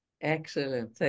Excellent